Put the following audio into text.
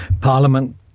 Parliament